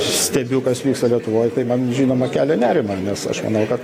stebiu kas vyksta lietuvoj tai man žinoma kelia nerimą nes aš manau kad